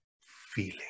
feeling